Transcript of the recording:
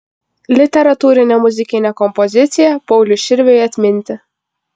literatūrinė muzikinė kompozicija pauliui širviui atminti